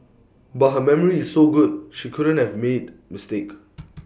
but her memory is so good she couldn't have made mistake